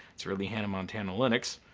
it's really hannah montana linux.